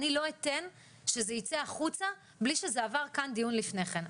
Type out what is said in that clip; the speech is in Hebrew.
אני לא אתן שזה יצא החוצה בלי שזה עבר כאן דיון לפני כן.